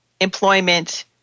employment